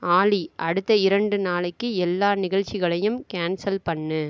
ஆலி அடுத்த இரண்டு நாளைக்கு எல்லா நிகழ்ச்சிகளையும் கேன்சல் பண்ணு